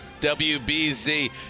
WBZ